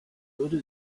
würde